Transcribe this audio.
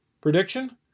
Prediction